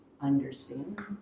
understand